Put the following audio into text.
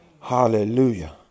Hallelujah